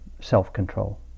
self-control